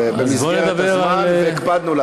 בדיוק ההפך.